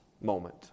moment